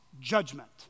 judgment